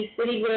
City